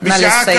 נא לסיים.